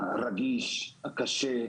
הרגיש, הקשה,